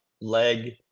leg